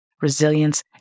resilience